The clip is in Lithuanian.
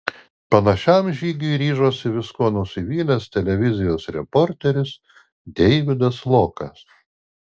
panašiam žygiui ryžosi viskuo nusivylęs televizijos reporteris deividas lokas